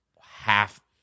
half